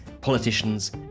politicians